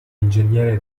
ingegnere